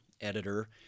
editor